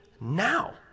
now